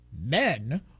men